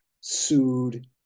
sued